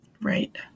Right